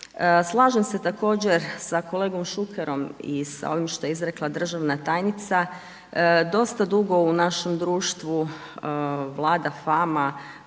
Slažem se također sa kolegom Šukerom i sa ovim što je izrekla državna tajnica, dosta dugo u našem društvu vlada fama,